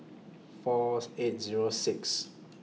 Fourth eight Zero Sixth